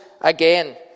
again